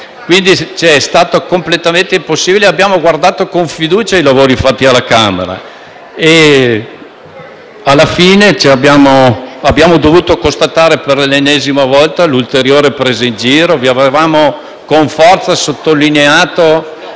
quindi impossibile contribuire. Abbiamo guardato con fiducia i lavori svolti alla Camera ma alla fine abbiamo dovuto constatare, per l'ennesima volta, l'ulteriore presa in giro. Vi avevamo con forza sottolineato